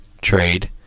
trade